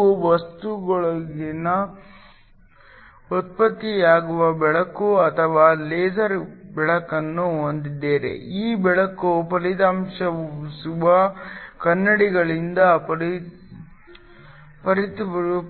ನೀವು ವಸ್ತುವಿನೊಳಗೆ ಉತ್ಪತ್ತಿಯಾಗುವ ಬೆಳಕು ಅಥವಾ ಲೇಸರ್ ಬೆಳಕನ್ನು ಹೊಂದಿದ್ದೀರಿ ಈ ಬೆಳಕು ಪ್ರತಿಫಲಿಸುವ ಕನ್ನಡಿಗಳಿಂದ